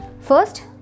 first